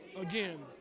again